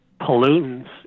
pollutants